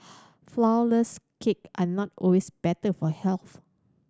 flourless cake are not always better for health